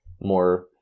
more